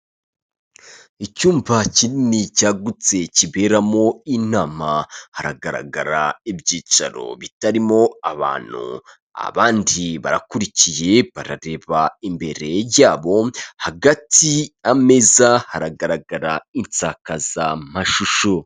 Icyumba kinini cyagutse kiberamo inama haragaragara ibyicaro bitarimo abantu abandi barakurikiye barareba imbere yabo, hagati ameza haragaragara insakazamashusho.